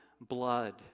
blood